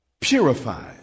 purifies